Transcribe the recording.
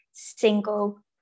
single